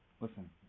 listen